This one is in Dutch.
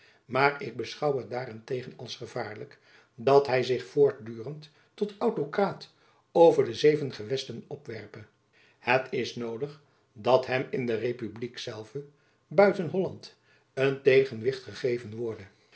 maar ik beschouw het daar-en-tegen als gevaarlijk dat hy zich voortdurend tot autokraat over de zeven gewesten opwerpe het is noodig dat hem in de republiek zelve buiten holland een tejacob van lennep elizabeth musch genwicht gegeven worde